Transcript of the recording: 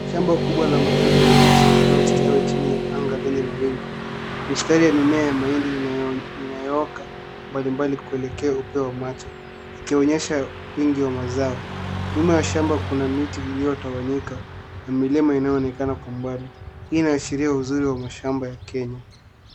Shamba kubwa ya mahindi mabichi yanayostawi chini ya anga lenye mawingu mistari ya mimea ya mahindi inayooka mbali mbali kuelekea upeo wa macho ikionyesha wingi wa mazao, nyuma ya shamba kuna miti iliyotawanyika na milima inayoonekana kwa mbali hii inaashiria uzuri wa mashamba ya Kenya.